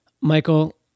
Michael